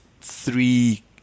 three